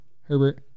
Herbert